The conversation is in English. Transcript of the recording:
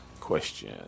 question